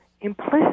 implicit